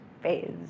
phase